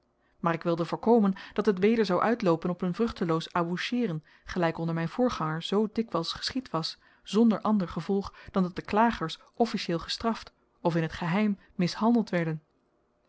maar ik wilde voorkomen dat het weder zou uitloopen op n vruchteloos aboucheeren gelyk onder myn voorganger zoo dikwyls geschied was zonder ander gevolg dan dat de klagers officieel gestraft of in t geheim mishandeld werden